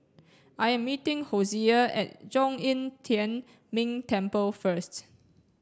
I'm meeting Hosea at Zhong Yi Tian Ming Temple first